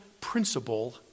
principle